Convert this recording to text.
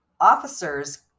Officers